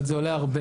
אבל זה עולה הרבה.